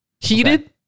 Heated